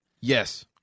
Yes